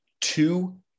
two